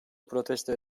protesto